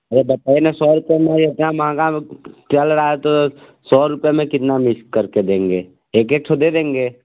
अरे बताइए ना सौ रुपए में ये क्या मांगा चल रहा है तो सौ रुपए में कितना मिक्स कर के देंगे एक एक ठो दे देंगे